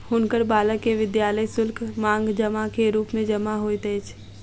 हुनकर बालक के विद्यालय शुल्क, मांग जमा के रूप मे जमा होइत अछि